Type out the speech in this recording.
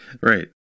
Right